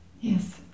Yes